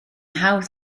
hawdd